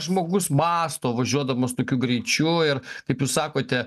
žmogus mąsto važiuodamas tokiu greičiu ir kaip jūs sakote